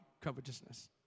covetousness